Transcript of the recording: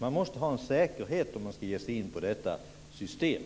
Man måste ha en säkerhet om man ska ge sig in på detta system.